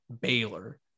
Baylor